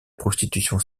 prostitution